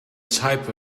type